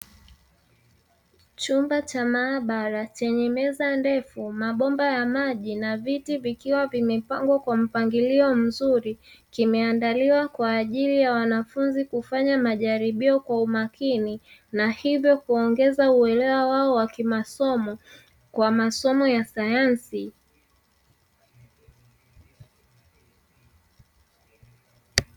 Chumba cha maabara chenye meza ndefu, mabomba ya maji na viti vikiwa vimepangwa kwa mpangilio mzuri, kimeandaliwa kwa ajili ya wanafunzi kufanya majaribio kwa umakini na hivyo kuongeza uelewa wao wa kimasomo kwa masomo ya sayansi.